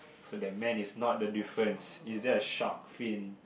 so that man is not the difference is that a shark fin